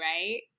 right